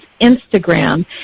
Instagram